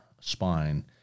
spine